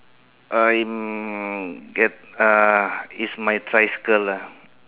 I'm get uh it's my tricycle lah